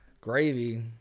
Gravy